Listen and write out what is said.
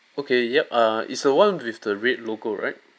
okay yup uh it's the one with the red logo right